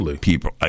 people